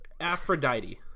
Aphrodite